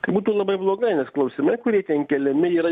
tai būtų labai blogai nes klausimai kurie ten keliami yra